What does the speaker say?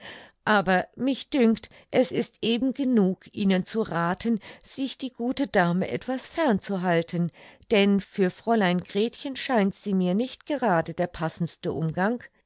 aber mich dünkt es ist eben genug ihnen zu rathen sich die gute dame etwas fern zu halten denn für fräulein gretchen scheint sie mir nicht gerade der passendste umgang